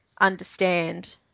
understand